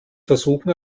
versuchen